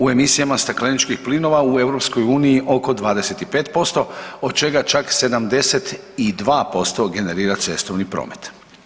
U emisijama stakleničkih plinova u EU oko 25% od čega čak 72% generira cestovni promet.